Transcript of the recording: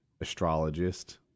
astrologist